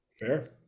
fair